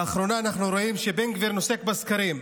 לאחרונה אנחנו רואים שבן גביר נוסק בסקרים,